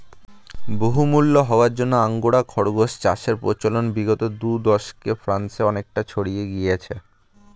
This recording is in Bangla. বহুমূল্য হওয়ার জন্য আঙ্গোরা খরগোশ চাষের প্রচলন বিগত দু দশকে ফ্রান্সে অনেকটা ছড়িয়ে গিয়েছে